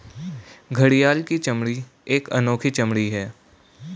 घड़ियाल की चमड़ी एक अनोखी चमड़ी है